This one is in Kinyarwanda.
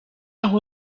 aho